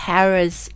Paris